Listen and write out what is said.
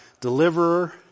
deliverer